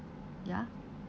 ya